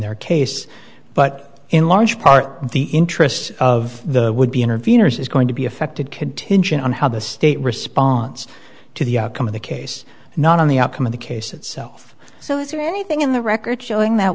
their case but in large part the interests of the would be interveners is going to be affected contingent on how the state response to the outcome of the case not on the outcome of the case itself so is there anything in the record showing that